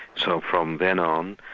so from then on,